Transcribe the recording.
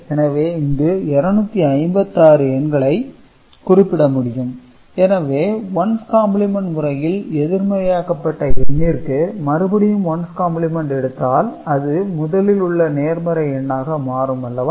எனவே இங்கு 256 எண்களை குறிப்பிட முடியும் எனவே ஒன்ஸ் காம்ப்ளிமென்ட் முறையில் எதிர்மறை ஆக்கப்பட்ட எண்ணிற்கு மறுபடியும் ஒன்ஸ் காம்ப்ளிமென்ட் எடுத்தால் அது முதலில் உள்ள நேர்மறை எண்ணாக மாறும் அல்லவா